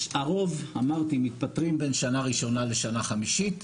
הרוב, אמרתי, מתפטרים בין שנה ראשונה לשנה חמישית.